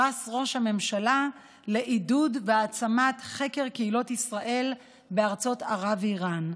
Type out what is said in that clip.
פרס ראש הממשלה לעידוד והעצמת חקר קהילות ישראל בארצות ערב ואיראן.